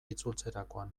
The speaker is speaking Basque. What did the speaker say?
itzultzerakoan